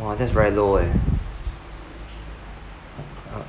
!wah! that's very low eh uh